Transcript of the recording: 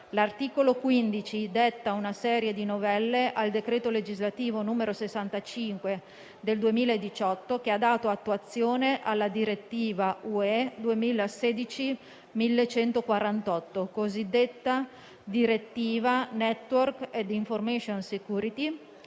L'articolo 15 detta una serie di novelle al decreto legislativo n. 65 del 2018, che ha dato attuazione alla direttiva UE 2016/1148, cosiddetta direttiva Network and Information Security